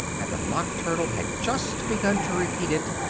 and the mock turtle had just begun to repeat it,